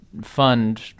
fund